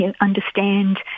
understand